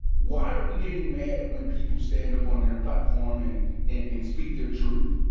why are we getting mad when people stand up on their platform, and and and speak their truth?